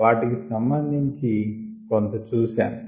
వాటికి సంభందించి కొంత చూసాము